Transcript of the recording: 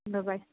બ બાય